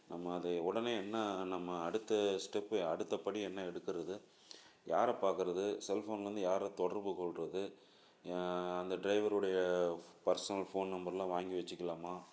நம்ம அதை உடனே என்ன நம்ம அடுத்த ஸ்டெப்பு அடுத்தபடி என்ன எடுக்கிறது யாரை பார்க்கறது செல்ஃபோன் வந்து யாரை தொடர்பு கொள்கிறது அந்த டிரைவருடைய பர்ஸ்னல் ஃபோன் நம்பர்லாம் வாங்கி வெச்சுக்கலாமா